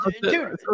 dude